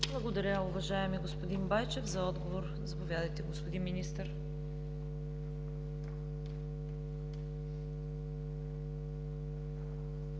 Благодаря, уважаеми господин Байчев. За отговор – заповядайте, господин Министър.